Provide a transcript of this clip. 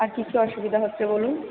আর কি কি অসুবিধা হচ্ছে বলুন